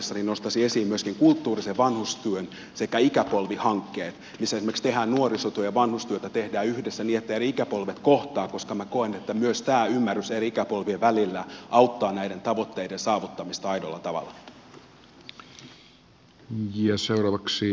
nostaisin esiin myöskin kulttuurisen vanhustyön sekä ikäpolvihankkeen missä esimerkiksi tehdään nuorisotyötä ja vanhustyötä yhdessä niin että eri ikäpolvet kohtaavat koska minä koen että myös ymmärrys eri ikäpolvien välillä auttaa näiden tavoitteiden saavuttamisessa aidolla tavalla